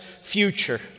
future